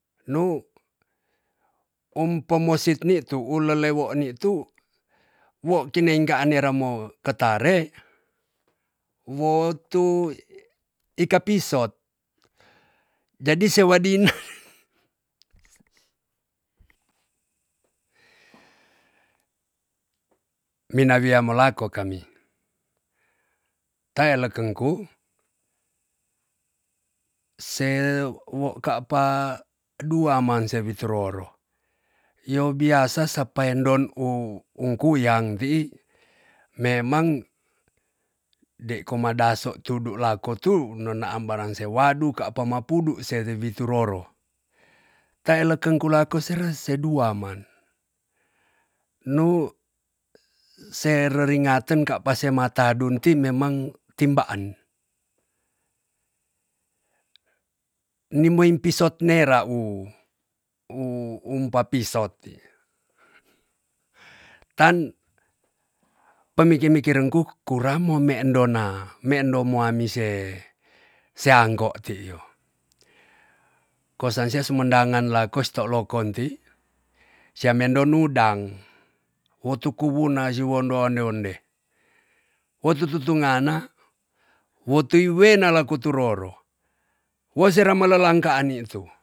Nu um pemesitni tu elelewo ni tu wo kineng kaan nera mo ketare, wo tu ika pisot. jadi sewedina mina wia welako kami. tei lekengku se wo ka'pa dua man sewitu roro. yo biasa sependon un- unkuyang ti'i, memang dei koma daso tudu lako tu nonaa barang se wadu ka'pa mapudu se wewitu roro. tei lakeng kulako serese dua man. nu se reringaten ka'pa sematudun ti memang timbaan. ni moin pisot nera u- u- umpapiso ti. tan pemiki mikirenku kuramo me endo na meendon muamise se angko ti yo. kos san sia sumandengen lakos to lokon ti, sia mendon nundang wo tuku wuna jiwondo onde onde wo tututu ngana wo tui wena lako turoro we sera melelangkaan ni tu